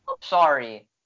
sorry